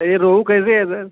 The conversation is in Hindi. दे रोहू कैसे